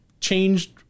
changed